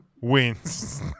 wins